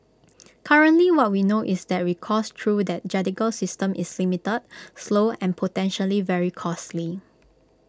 currently what we know is that recourse through that judicial system is limited slow and potentially very costly